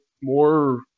more